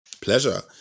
pleasure